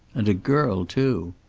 and a girl, too!